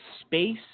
space